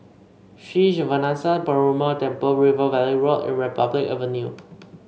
Sri Srinivasa Perumal Temple River Valley Road and Republic Avenue